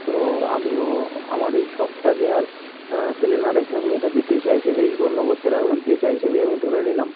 তো আমিও আমার এই শখটাকে আর ফেলে না রেখে আমি এটাকেই পেশা হিসেবেই গণ্য করতে লাগলাম পেশা হিসেবেই আমি ধরে নিলাম